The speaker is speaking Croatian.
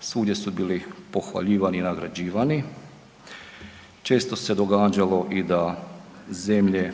svugdje su bili pohvaljivani i nagrađivani. Često se događalo i da zemlje